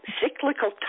cyclical